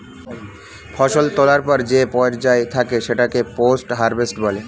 ফসল তোলার পর যে পর্যায় থাকে সেটাকে পোস্ট হারভেস্ট বলে